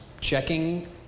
checking